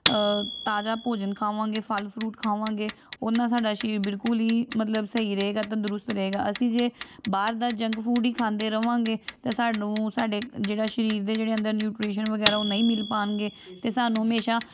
ਤਾਜ਼ਾ ਭੋਜਨ ਖਾਵਾਂਗੇ ਫਲ ਫਰੂਟ ਖਾਵਾਂਗੇ ਉਹ ਨਾਲ ਸਾਡਾ ਸਰੀਰ ਬਿਲਕੁਲ ਹੀ ਮਤਲਬ ਸਹੀ ਰਹੇਗਾ ਤੰਦਰੁਸਤ ਰਹੇਗਾ ਅਸੀਂ ਜੇ ਬਾਹਰ ਦਾ ਜੰਕ ਫੂਡ ਹੀ ਖਾਂਦੇ ਰਹਾਂਗੇ ਤਾਂ ਸਾਨੂੰ ਸਾਡੇ ਜਿਹੜਾ ਸਰੀਰ ਦੇ ਜਿਹੜੇ ਅੰਦਰ ਨਿਊਟਰੀਸ਼ਨ ਵਗੈਰਾ ਉਹ ਨਹੀਂ ਮਿਲ ਪਾਉਣਗੇ ਅਤੇ ਸਾਨੂੰ ਹਮੇਸ਼ਾ